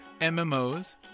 MMOs